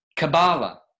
Kabbalah